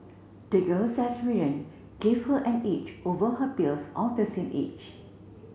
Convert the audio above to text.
the girl's experience gave her an edge over her peers of the same age